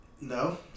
No